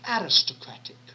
aristocratic